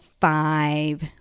five